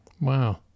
Wow